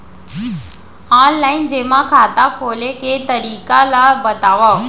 Online जेमा खाता खोले के तरीका ल बतावव?